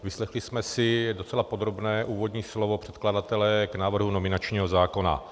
Vyslechli jsme si docela podrobné úvodní slovo předkladatele k návrhu nominačního zákona.